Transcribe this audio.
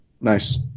Nice